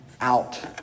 out